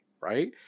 right